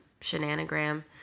shenanigram